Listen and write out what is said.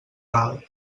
ral